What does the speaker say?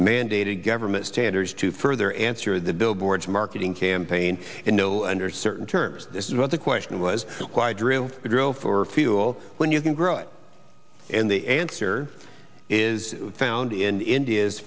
standards to further answer the billboards marketing campaign you know under certain terms this is what the question was why drill drill for fuel when you can grow it and the answer is found in india